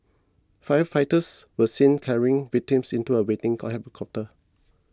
firefighters were seen carrying victims into a waiting cop helicopter